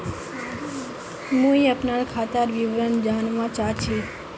मुई अपना खातादार विवरण जानवा चाहची?